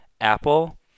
Apple